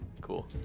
Cool